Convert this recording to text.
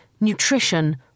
nutrition